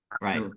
right